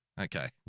Okay